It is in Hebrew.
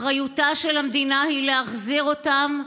אחריותה של המדינה היא להחזיר אותם,